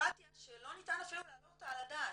בירוקרטיה שלא ניתן אפילו להעלות אותה על הדעת.